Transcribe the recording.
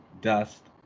Dust